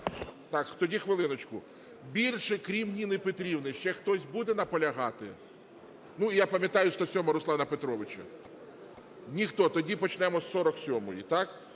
Так, тоді хвилиночку. Більше, крім Ніни Петрівни, ще хтось буде наполягати? Я пам'ятаю, 107-а Руслана Петровича. Ніхто. Тоді почнемо з 47-ї, так?